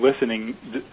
listening